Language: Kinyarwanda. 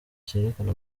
cyerekana